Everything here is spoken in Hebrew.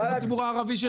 בציבור הערבי,